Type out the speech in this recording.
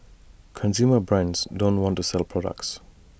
consumer brands don't want to sell products